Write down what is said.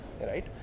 right